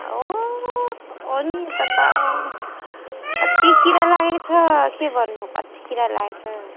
हो ओ अनि यता त कति किरा लागेको छ के भन्नु कति किरा लागेको छ